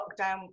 lockdown